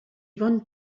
bon